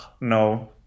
no